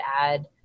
add